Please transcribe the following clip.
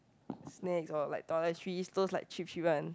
snacks or like toiletries those like cheap cheap one